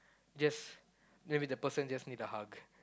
just maybe the person just need a hug